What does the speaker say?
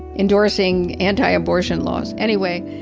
endorsing anti-abortion laws. anyway,